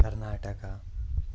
Karnataka